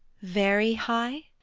very high?